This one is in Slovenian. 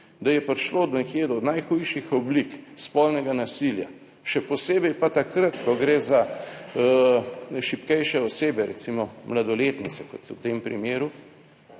da je prišlo nekje do najhujših oblik spolnega nasilja, še posebej pa takrat, ko gre za šibkejše osebe, recimo mladoletnice, kot so v tem primeru,